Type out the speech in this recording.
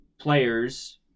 players